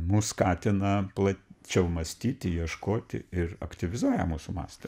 mus skatina plačiau mąstyti ieškoti ir aktyvizuoja mūsų mąstymą